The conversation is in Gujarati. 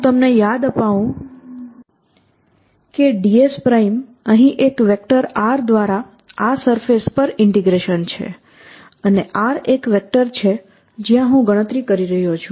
હું તમને યાદ અપાવું કે ds અહીં એક વેક્ટર R દ્વારા આ સરફેસ પર ઇન્ટીગ્રેશન છે અને R એક વેક્ટર છે જ્યાં હું ગણતરી કરી રહ્યો છું